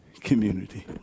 community